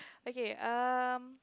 okay um